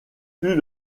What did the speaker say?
fut